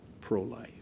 pro-life